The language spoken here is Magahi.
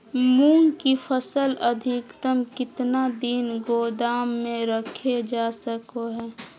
मूंग की फसल अधिकतम कितना दिन गोदाम में रखे जा सको हय?